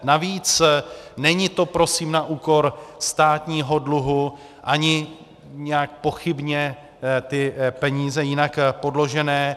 Navíc, není to prosím na úkor státního dluhu ani nějak pochybně ty peníze jinak podložené.